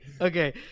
okay